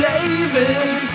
David